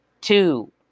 two